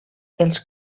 els